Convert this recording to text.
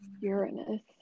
Uranus